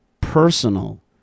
personal